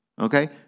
okay